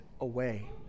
away